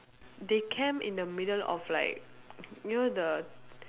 they camp in the middle of like you know the